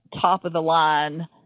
top-of-the-line